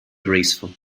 graceful